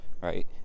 right